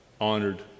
honored